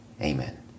amen